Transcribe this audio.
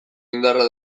indarra